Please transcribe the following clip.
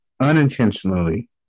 unintentionally